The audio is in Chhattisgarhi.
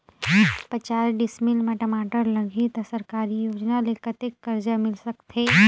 पचास डिसमिल मा टमाटर लगही त सरकारी योजना ले कतेक कर्जा मिल सकथे?